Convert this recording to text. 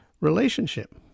relationship